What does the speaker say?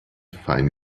fein